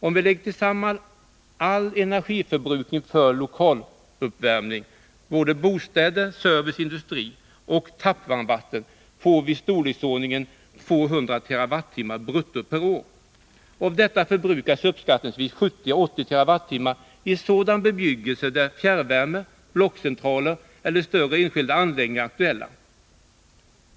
Om vi lägger tillsammans allt energibrukande för lokaluppvärmning — bostäder, service och industri — och tappvarmvatten, får vi storleksordningen 200 TWh brutto per år. Av detta förbrukas uppskattningsvis 70-80 TWh i sådan bebyggelse där fjärrvärme, blockcentraler eller större enskilda anläggningar är aktuella.